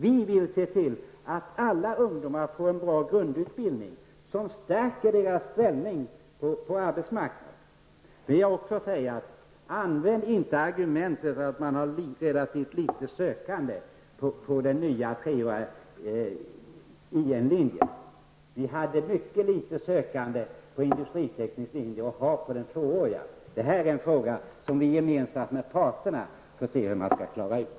Vi vill se till att alla ungdomar får en bra grundutbildning som stärker deras möjligheter på arbetsmarknaden. Använd inte argumentet att det är relativt få sökande till den nya, treåriga IN linjen. Det har varit mycket få sökande till industriteknisk linje, och det är det också till den tvååriga linjen. Det här är en fråga som vi gemensamt med parterna skall försöka klara ut.